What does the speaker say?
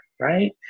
right